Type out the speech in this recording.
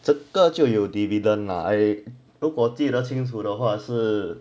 这个就有 dividend 拿 ah 如果记得清楚的话是